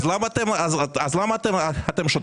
אז למה אתם שותקים?